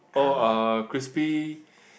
oh uh crispy